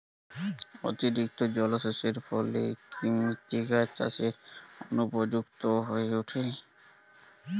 অতিরিক্ত জলসেচের ফলে কি মৃত্তিকা চাষের অনুপযুক্ত হয়ে ওঠে?